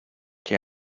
que